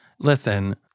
listen